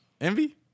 Envy